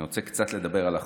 אני רוצה לדבר קצת על החוק.